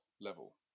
level